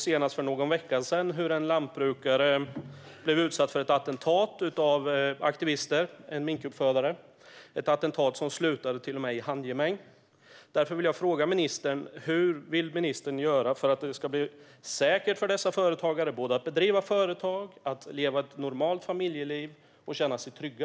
Senast för någon vecka sedan såg vi hur en lantbrukare, en minkuppfödare, blev utsatt för ett attentat av aktivister - ett attentat som till och med slutade i handgemäng. Därför vill jag fråga: Hur vill ministern göra för att det ska bli säkert för dessa företagare att driva företag, leva ett normalt familjeliv och känna sig trygga?